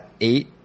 eight